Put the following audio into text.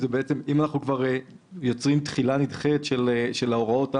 אם כבר יוצרים תחילה נדחית של ההוראות,